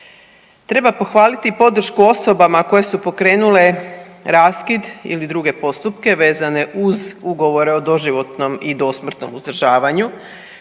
Treba pohvaliti i podršku osobama koje su pokrenule raskid ili druge postupke vezane uz Ugovore o doživotnom i dosmrtnom uzdržavanju,